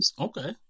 Okay